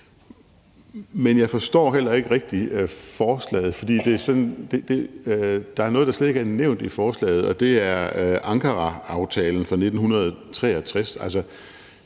Men jeg forstår heller ikke rigtig forslaget, for der er noget, der slet ikke er nævnt i forslaget, og det er Ankaraaftalen fra 1963.